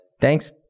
Thanks